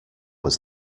was